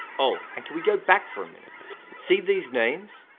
oh! and can we go back for a minute see these names?